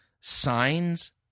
signs